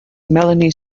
melanie